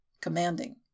commanding